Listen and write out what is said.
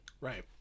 right